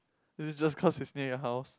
is it just cause it's near your house